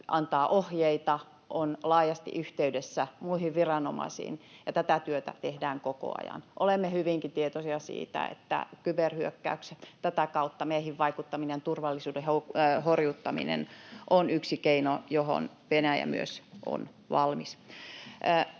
antaa ohjeita, on laajasti yhteydessä muihin viranomaisiin, ja tätä työtä tehdään koko ajan. Olemme hyvinkin tietoisia siitä, että kyberhyökkäykset, tätä kautta meihin vaikuttaminen ja turvallisuuden horjuttaminen ovat yksi keino, johon Venäjä myös on valmis.